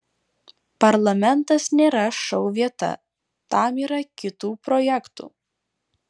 parlamentas nėra šou vieta tam yra kitų projektų